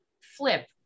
flip